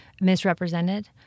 misrepresented